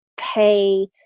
pay